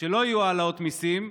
שלא יהיו העלאות מיסים,